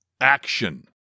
action